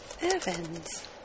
Evans